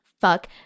fuck